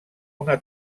una